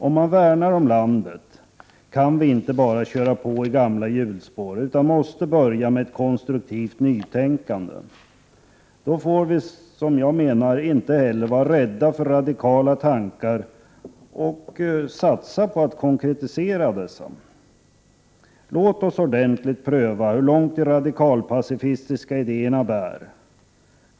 Om vi värnar om landet kan vi inte bara köra på i gamla hjulspår utan måste börja med ett konstruktivt nytänkande. Då får vi, som jag ser det, inte heller vara rädda för radikala tankar och för att satsa på att konkretisera sådana. Låt oss ordentligt pröva hur långt de radikalpacifistiska idéerna bär.